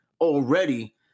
already